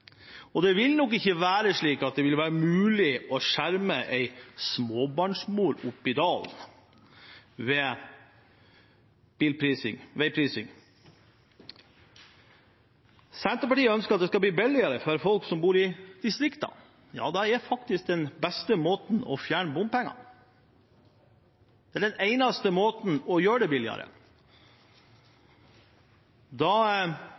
og det vil nok ikke være mulig å skjerme en småbarnsmor oppi dalen ved veiprising. Senterpartiet ønsker at det skal bli billigere for folk som bor i distriktene. Ja, da er det faktisk best å fjerne bompengene. Det er den eneste måten å gjøre det billigere på. Da